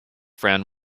friend